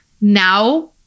now